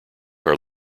are